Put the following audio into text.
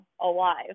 alive